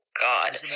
God